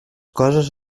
coses